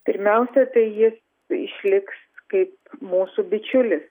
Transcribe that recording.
pirmiausia tai jis išliks kaip mūsų bičiulis